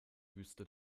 wüste